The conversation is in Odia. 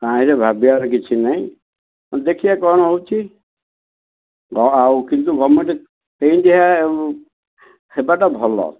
କାହିଁରେ ଭାବିବାର କିଛି ନାହିଁ ଦେଖିବା କ'ଣ ହେଉଛି ଆଉ କିନ୍ତୁ ଗଭର୍ଣ୍ଣମେଣ୍ଟ ସେମିତିଆ ହେବାଟା ଭଲ